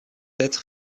être